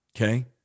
Okay